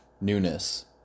newness